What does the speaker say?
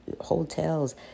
hotels